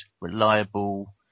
reliable